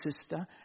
sister